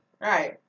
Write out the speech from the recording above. right